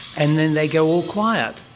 and then they go all quiet.